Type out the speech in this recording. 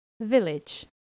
village